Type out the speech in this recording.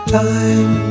time